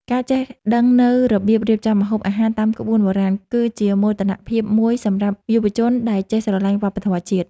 ការចេះដឹងនូវរបៀបរៀបចំម្ហូបអាហារតាមក្បួនបុរាណ គឺជាមោទនភាពមួយសម្រាប់យុវជនដែលចេះស្រឡាញ់វប្បធម៌ជាតិ។